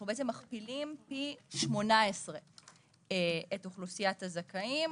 אנחנו בעצם מכפילים פי 18 את אוכלוסיית הזכאים.